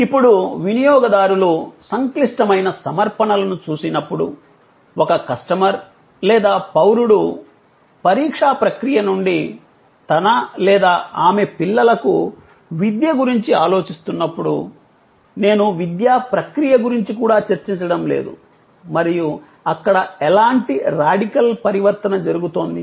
ఇప్పుడు వినియోగదారులు సంక్లిష్టమైన సమర్పణలను చూసినప్పుడు ఒక కస్టమర్ లేదా పౌరుడు పరీక్షా ప్రక్రియ నుండే తన లేదా ఆమె పిల్లలకు విద్య గురించి ఆలోచిస్తున్నప్పుడు నేను విద్యా ప్రక్రియ గురించి కూడా చర్చించడం లేదు మరియు అక్కడ ఎలాంటి రాడికల్ పరివర్తన జరుగుతోంది